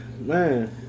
Man